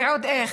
ועוד איך.